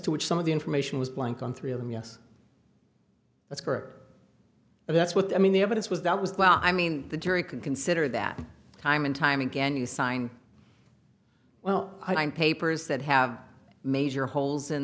to which some of the information was blank on three of them yes that's correct and that's what i mean the evidence was that was well i mean the jury can consider that time and time again you sign well i'm papers that have major holes in